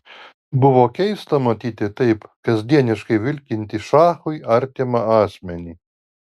buvo keista matyti taip kasdieniškai vilkintį šachui artimą asmenį